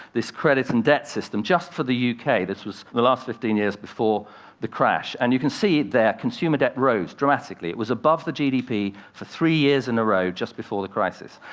this credit and debt system, just for the u k. this was the last fifteen years before the crash, and you can see there, consumer debt rose dramatically. it was above the gdp for three years in a row just before the crisis.